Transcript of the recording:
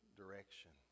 direction